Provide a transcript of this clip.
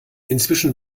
inzwischen